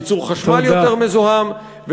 ייצור חשמל יותר מזוהם.